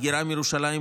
הגירה מירושלים,